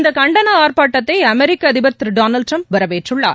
இந்த கண்டன ஆர்ப்பாட்டத்தை அமெரிக்க அதிபர் திரு டொனாவ்ட் ட்ரம்ப் வரவேற்றுள்ளார்